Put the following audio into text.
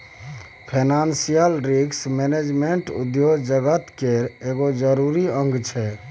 financial risk management उद्योग जगत केर एगो जरूरी अंग छै